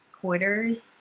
quarters